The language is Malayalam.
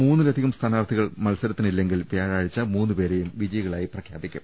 മൂന്നിലധികം സ്ഥാനാർത്ഥികൾ മത്സര ത്തിനില്ലെങ്കിൽ വ്യാഴാഴ്ച മൂന്നുപേരെയും വിജയികളായി പ്രഖ്യാപിക്കും